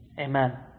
Amen